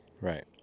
right